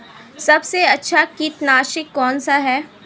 सबसे अच्छा कीटनाशक कौनसा है?